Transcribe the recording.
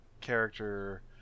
character